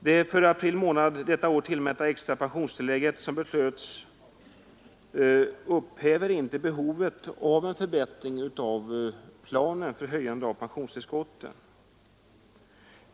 Det för april månad detta år tillmätta extra pensionstillägget, som beslöts i denna kammare i går kväll, upphäver inte behovet av en förbättring av planen för höjande av pensionstillskotten.